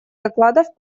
докладов